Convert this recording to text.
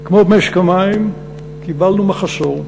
כמו במשק המים, קיבלנו מחסור,